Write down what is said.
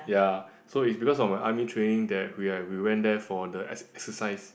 ya so it's because of my army training that we're we went there for the ex~ exercise